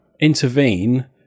intervene